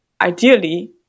ideally